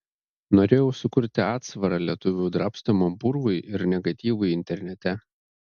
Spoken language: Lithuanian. norėjau sukurti atsvarą lietuvių drabstomam purvui ir negatyvui internete